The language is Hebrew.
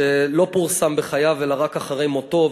שלא פורסם בחייו אלא רק אחרי מותו,